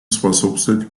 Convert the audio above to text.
способствовать